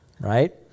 right